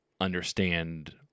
understand